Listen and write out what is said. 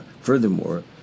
Furthermore